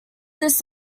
this